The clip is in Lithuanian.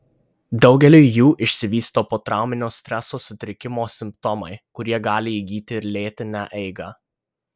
daugeliui jų išsivysto potrauminio streso sutrikimo simptomai kurie gali įgyti ir lėtinę eigą